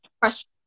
question